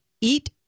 eat